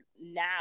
now